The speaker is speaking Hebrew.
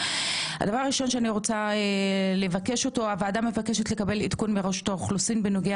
דבר ראשון הוועדה מבקשת לקבל עדכון מרשות האוכלוסין בנוגע